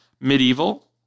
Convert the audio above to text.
medieval